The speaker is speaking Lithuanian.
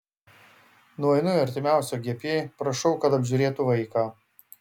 nueinu į artimiausią gp prašau kad apžiūrėtų vaiką